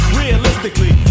realistically